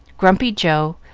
grumpy joe,